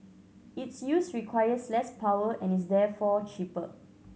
its use requires less power and is therefore cheaper